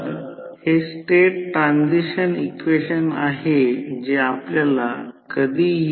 तर core loss जे iron loss आहे 400 वॅट देखील दिले आहे म्हणून V1 I0 cos ∅0 400 म्हणजे 2400 0